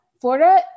Florida